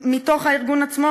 מתוך הארגון עצמו,